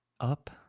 Up